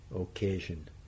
occasion